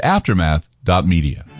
Aftermath.media